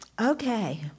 Okay